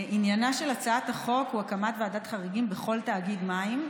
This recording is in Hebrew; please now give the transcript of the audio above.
עניינה של הצעת החוק הוא הקמת ועדת חריגים בכל תאגיד מים,